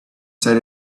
set